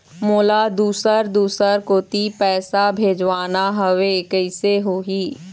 मोला दुसर दूसर कोती पैसा भेजवाना हवे, कइसे होही?